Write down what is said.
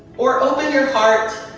or open your heart